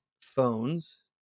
phones